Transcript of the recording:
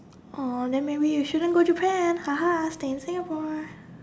or then maybe you shouldn't go Japan hahah stay in Singapore